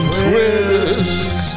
twist